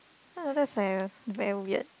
I don't know that's very very weird